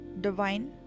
divine